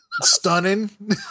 Stunning